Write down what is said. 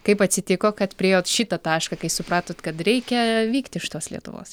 kaip atsitiko kad priėjot šitą tašką kai supratot kad reikia vykti iš tos lietuvos